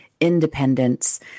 independence